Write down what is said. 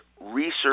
research